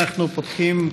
אנחנו פותחים,